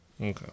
Okay